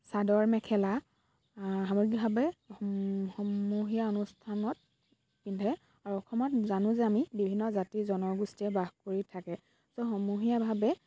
চাদৰ মেখেলা সামগ্ৰিকভাৱে সমূহীয়া অনুষ্ঠানত পিন্ধে আৰু অসমত জানো যে আমি বিভিন্ন জাতি জনগোষ্ঠীয়ে বাস কৰি থাকে ত' সমূহীয়াভাৱে